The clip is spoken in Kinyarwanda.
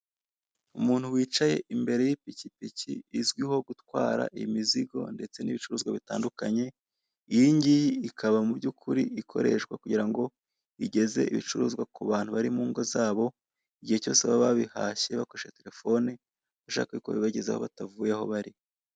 Umuntu wicaye imbere y'ipikipiki izwiho gutwara imizigo ndetse n'ibicuruzwa bitandukanye. Iyi ngiyi ikaba mu by'ukuri ikoreshwa kugira ngo igeze ibicuruzwa ku bantu bari mu ngo zabo, igihe cyose baba babihashye bakoresheje telefoni bashaka yuko babibagezaho batavuye aho bari.